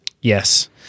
Yes